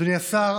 אדוני השר,